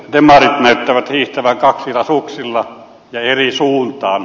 demarit näyttävät hiihtävän kaksilla suksilla ja eri suuntaan